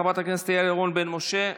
חברת הכנסת יעל רון בן משה,